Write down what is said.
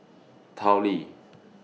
Tao Li